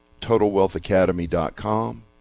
TotalWealthAcademy.com